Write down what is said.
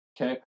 Okay